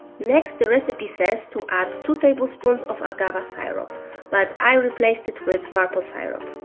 next the recipe says to add two tablespoons of agave syrup but i replaced it with maple syrup.